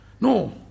No